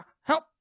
help